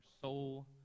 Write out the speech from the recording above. soul